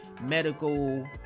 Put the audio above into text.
medical